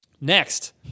next